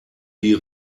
die